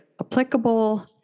applicable